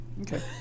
Okay